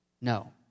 No